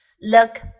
Look